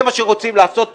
זה מה שרוצים לעשות פה.